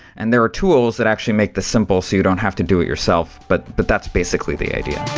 and there are tools that actually make this simple so you don't have to do it yourself, but but that's basically the idea.